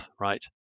right